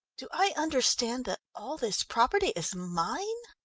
do i understand that all this property is mine?